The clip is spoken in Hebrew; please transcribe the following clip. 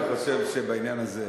אני חושב שבעניין הזה,